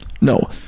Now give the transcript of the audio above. No